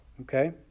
Okay